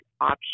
option